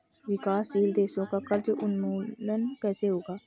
विकासशील देशों का कर्ज उन्मूलन कैसे होगा?